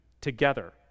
together